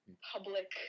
public